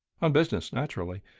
on business, naturally.